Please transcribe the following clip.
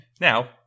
Now